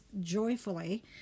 joyfully